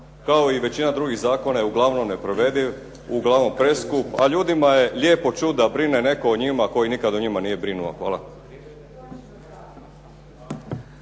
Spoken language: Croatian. kao i većina drugih zakona je uglavnom neprovediv, uglavnom preskup a ljudima je lijepo čuti da brine netko o njima koji nikad o njima nije brinuo. Hvala.